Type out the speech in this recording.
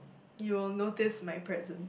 you'll notice my present